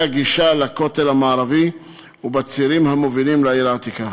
הגישה לכותל המערבי ובצירים המובילים לעיר העתיקה.